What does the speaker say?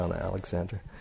Alexander